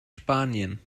spanien